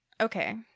Okay